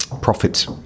profit